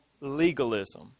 legalism